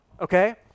okay